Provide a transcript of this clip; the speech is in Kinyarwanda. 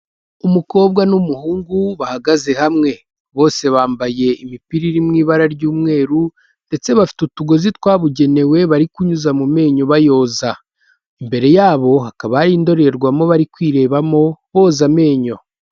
Umukobwa n'umuhungu bahagaze hamwe. Bose bambaye imipira iri mu ibara ry'umweru ndetse bafite utugozi twabugenewe bari kunyuza mu menyo bayoza. Imbere yabo hakaba hari indorerwamo bari kwirebamo boza amenyo.